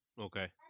Okay